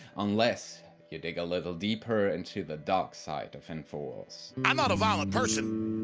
unless you dig a little deeper into the dark sides of infowars. i'm not a violent person,